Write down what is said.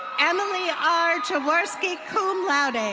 emily r jaworski, cum laude. and